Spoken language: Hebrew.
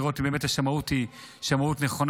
לראות אם באמת השמאות היא שמאות נכונה,